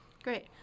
Great